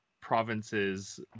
province's